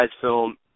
film